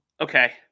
Okay